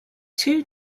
two